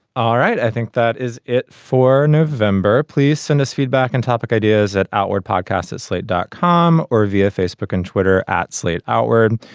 all right. i think that is it for november. please send us feedback and topic ideas that outward podcast at slate dot com or via facebook and twitter at slate outward.